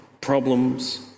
problems